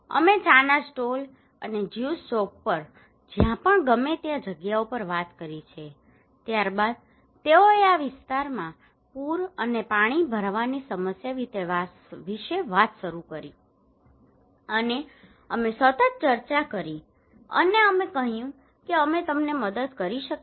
અમે ચાના સ્ટોલ અને જ્યુસ શોપ પર જ્યાં પણ ગમે ત્યાં જગ્યાઓ પર વાત કરી છે ત્યારબાદ તેઓએ આ વિસ્તારમાં પૂર અને પાણી ભરાવાની સમસ્યા વિશે વાત શરૂ કરી અને અમે સતત ચર્ચા કરી અને અમે કહ્યું કે અમે તમને મદદ કરી શકીએ